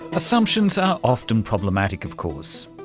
assumptions are often problematic, of course,